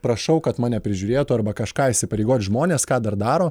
prašau kad mane prižiūrėtų arba kažką įsipareigot žmonės ką dar daro